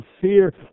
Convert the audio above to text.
fear